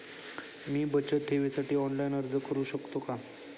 मी बचत ठेवीसाठी ऑनलाइन अर्ज करू शकतो का?